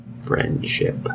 friendship